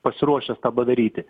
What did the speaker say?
pasiruošęs tą padaryti